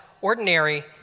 ordinary